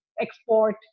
export